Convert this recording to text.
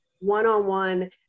one-on-one